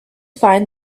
find